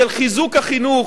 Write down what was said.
של חיזוק החינוך,